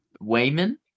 Wayman